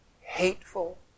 hateful